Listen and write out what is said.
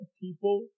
people